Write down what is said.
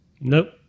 Nope